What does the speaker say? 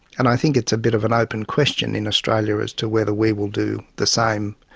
and i think it's a bit of an open question in australia as to whether we will do the same.